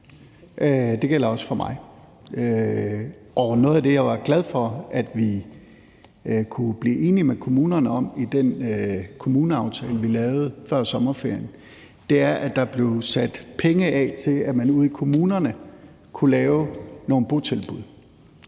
Det gælder også for mig. Noget af det, jeg var glad for at vi kunne blive enige med kommunerne om i den kommuneaftale, vi lavede før sommerferien, er, at der blev sat penge af til, at man ude i kommunerne kunne lave nogle botilbud